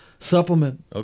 Supplement